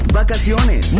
vacaciones